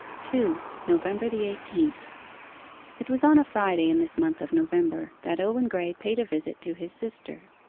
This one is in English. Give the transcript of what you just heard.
two. november the eighteenth it was on a friday in this month of november that owen graye paid a visit to his sister.